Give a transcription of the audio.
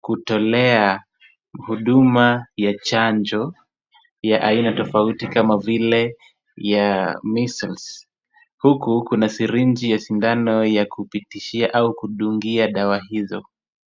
kutolea huduma ya chanjo ya aina tofauti kama vile ya measles huku kuna syringe ya sindano ya kupitishia au kudungia dawa hizo.